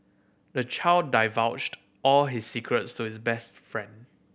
the child divulged all his secrets to his best friend